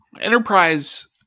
Enterprise